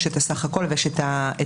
יש הסך הכול ויש ההתפלגות.